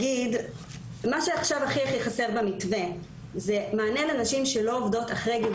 מה שהכי חסר עכשיו במתווה זה מענה לנשים שלא עובדות אחרי גיל